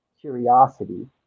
curiosity